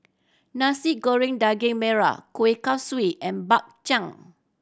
Nasi Goreng Daging Merah Kueh Kaswi and Bak Chang